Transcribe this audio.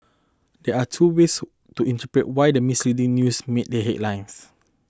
there are two ways to interpret why the misleading news made the headlines